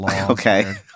Okay